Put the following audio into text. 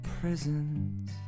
prisons